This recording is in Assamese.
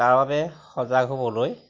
তাৰ বাবে সজাগ হ'বলৈ